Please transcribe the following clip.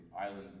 island